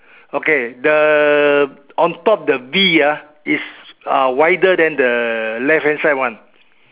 okay the on top the B ah is uh wider then the left hand side one